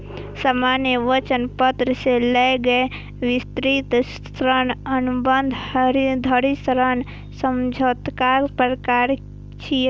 सामान्य वचन पत्र सं लए कए विस्तृत ऋण अनुबंध धरि ऋण समझौताक प्रकार छियै